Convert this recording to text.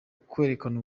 kwerekana